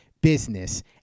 business